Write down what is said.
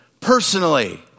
personally